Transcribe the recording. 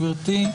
גברתי.